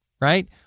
right